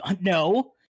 No